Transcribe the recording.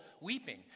weeping